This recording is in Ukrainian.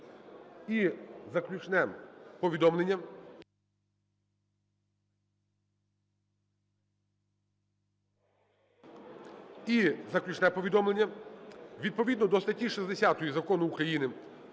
І заключне повідомлення. Відповідно до статті 60 Закону України